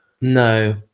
no